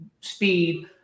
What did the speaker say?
speed